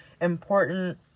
important